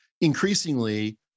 increasingly